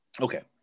Okay